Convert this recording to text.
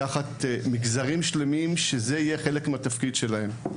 שירות אזרחי ולקחת מגזרים שלמים שזה יהיה חלק מהתפקיד שלהם.